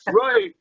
right